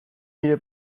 nire